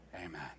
amen